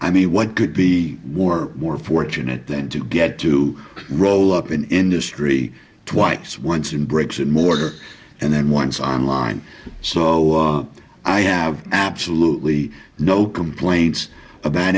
i mean what could be more more fortunate then to get to roll up an industry twice once in bricks and mortar and then once online so i have absolutely no complaints about